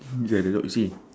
look at the dog you see